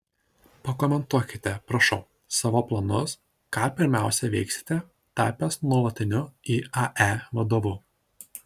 pakomentuokite prašau savo planus ką pirmiausia veiksite tapęs nuolatiniu iae vadovu